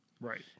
right